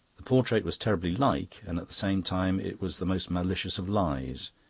the portrait was terribly like and at the same time it was the most malicious of lies.